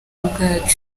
ubwacu